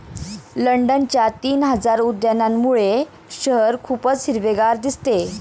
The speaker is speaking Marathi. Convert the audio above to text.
लंडनच्या तीन हजार उद्यानांमुळे शहर खूप हिरवेगार दिसते